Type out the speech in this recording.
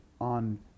on